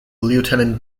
lieutenant